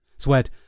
Sweat